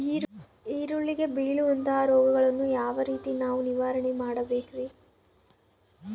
ಈರುಳ್ಳಿಗೆ ಬೇಳುವಂತಹ ರೋಗಗಳನ್ನು ಯಾವ ರೇತಿ ನಾವು ನಿವಾರಣೆ ಮಾಡಬೇಕ್ರಿ?